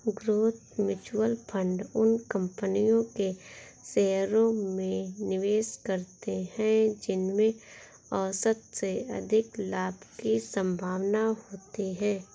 growth mutual fund उन कंपनियों के शेयरों में निवेश करते हैं जिनमें औसत से अधिक लाभ की संभावना होती है